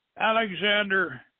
Alexander